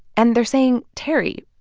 and they're saying, terry,